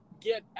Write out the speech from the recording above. get